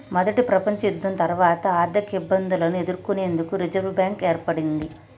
మొదటి ప్రపంచయుద్ధం తర్వాత ఆర్థికఇబ్బందులను ఎదుర్కొనేందుకు రిజర్వ్ బ్యాంక్ ఏర్పడ్డది